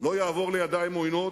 לא יעבור לידיים עוינות,